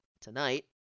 tonight